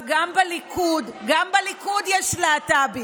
אגב, גם בליכוד יש להט"בים.